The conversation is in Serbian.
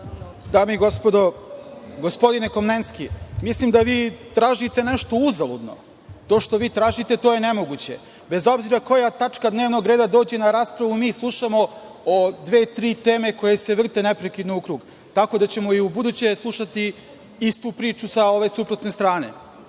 narodni poslanici, gospodine Komlenski, mislim da vi tražite nešto uzaludno. To što vi tražite to je nemoguće. Bez obzira koja tačka dnevnog reda dođe na raspravu mi slušamo o dve, tri teme koje se vrte neprekidno u krug. Tako da ćemo i ubuduće slušati istu priču sa ove suprotne strane. Da